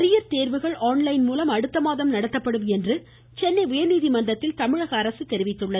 arrear தேர்வுகள் online மூலம் அடுத்தமாதம் நடத்தப்படும் என்று சென்னை உயர்நீதி மன்றத்தில் தமிழகஅரசு தெரிவித்துள்ளது